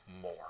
more